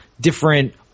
different